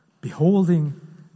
Beholding